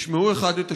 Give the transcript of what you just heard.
ישמעו אחד את השני,